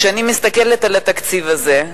כשאני מסתכלת על התקציב הזה,